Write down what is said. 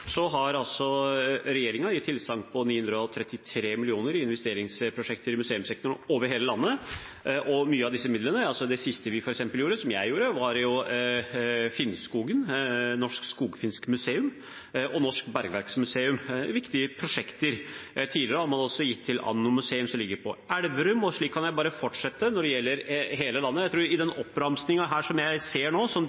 gjorde, var på Finnskogen, Norsk Skogfinsk Museum, og Norsk Bergverksmuseum, som er viktige prosjekter. Tidligere har man også gitt til Anno museum, som ligger på Elverum, og slik kan jeg bare fortsette når det gjelder hele landet. I den oppramsingen, som jeg ser nå, over det som denne regjeringen de siste fire årene har gjort, kan jeg finne bare ett prosjekt av de 933 mill. kr som har gått til Oslo. Så jeg tror